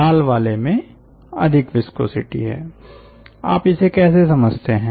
लाल वाले में अधिक विस्कोसिटी है आप इसे कैसे समझते हैं